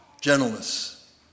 gentleness